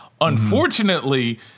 Unfortunately